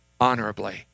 honorably